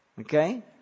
Okay